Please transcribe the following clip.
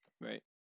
Right